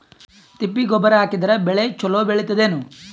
ತಿಪ್ಪಿ ಗೊಬ್ಬರ ಹಾಕಿದರ ಬೆಳ ಚಲೋ ಬೆಳಿತದೇನು?